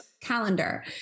calendar